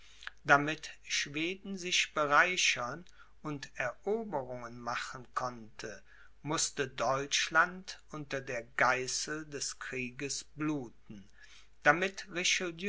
damit schweden sich bereichern und eroberungen machen konnte mußte deutschland unter der geißel des krieges bluten damit